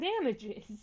damages